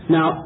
Now